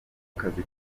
kazi